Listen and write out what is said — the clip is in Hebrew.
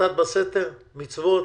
מתן בסתר, מצוות,